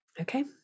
Okay